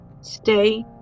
Stay